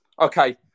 Okay